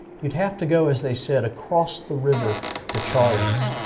you would have to go as they said, across the river to charlie's.